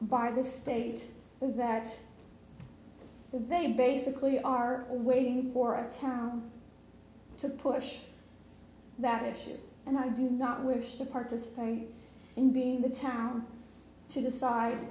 by the state that they basically are waiting for a town to push that issue and i do not wish to participate in being the town to decide